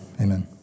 amen